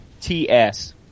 T-S